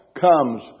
comes